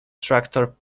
tractor